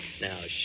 Now